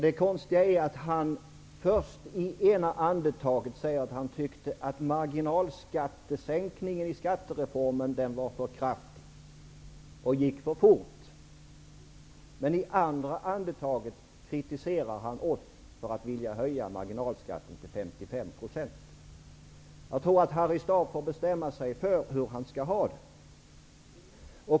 Det konstiga är att han först i det ena andetaget säger att sänkningen av marginalskatten vid skattereformens genomförande var för kraftig och gick för fort. Men i nästa andetag kritiserar han oss för att vilja höja marginalskatten till 55 %. Jag tror att Harry Staaf får bestämma sig för hur han skall ha det.